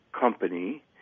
company